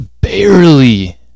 barely